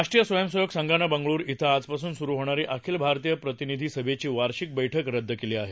राष्ट्रीय स्वयंसेवक संघानं बंगळुरु इथं आजपासून सुरु होणारी अखिल भारतीय प्रतिनिधी सभेची वार्षिक बैठक रद्द केली आहे